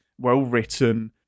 well-written